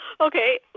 okay